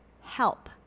help